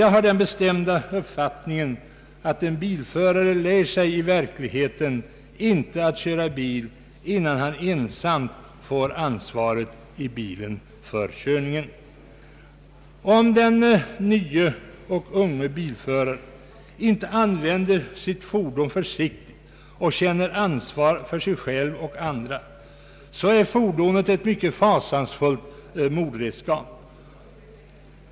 Jag har den bestämda uppfattningen att en bilförare i verkligheten inte lär sig köra bil innan han ensam i fordonet får ansvar för körningen. Om den nye och unge bilföraren inte använder sitt fordon försiktigt och känner ansvar för sig själv och andra, så är fordonet ett fasansfullt mordredskap.